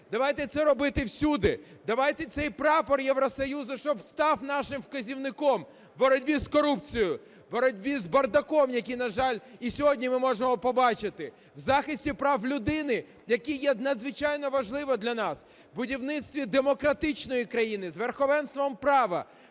давайте це робити всюди. Давайте цей прапор Євросоюзу щоб став нашим вказівником у боротьбі з корупцією, у боротьбі з бардаком, який, на жаль, і сьогодні можна побачити, в захисті прав людини, які є надзвичайно важливі для нас, у будівництві демократичної країни з верховенством права,